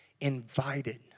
invited